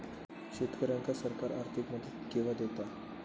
शेतकऱ्यांका सरकार आर्थिक मदत केवा दिता?